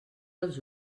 els